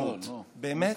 באמת?